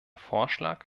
vorschlag